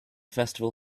festival